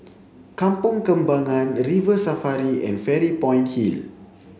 Kampong Kembangan River Safari and Fairy Point Hill